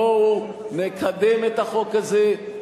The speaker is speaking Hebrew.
בואו ונקדם את החוק הזה,